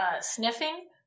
sniffing